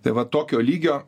tai va tokio lygio